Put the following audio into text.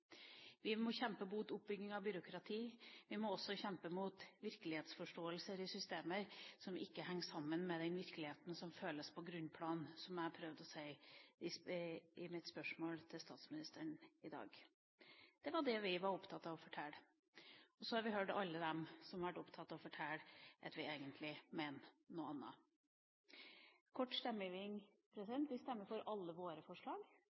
Vi må kjempe mot oppbygging av byråkrati, vi må også kjempe mot virkelighetsforståelser i systemer som ikke henger sammen med den virkeligheten som føles på grunnplanet, som jeg prøvde å si i mitt spørsmål til statsministeren i dag. Det var det vi var opptatt av å fortelle. Så har vi hørt alle dem som har vært opptatt av å fortelle at vi egentlig mener noe annet. Så til en kort stemmegiving: Vi stemmer for alle våre forslag.